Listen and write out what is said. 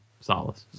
Solace